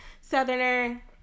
southerner